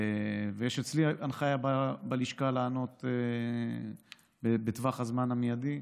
יש אצלי הנחיה בלשכה לענות בטווח הזמן המיידי.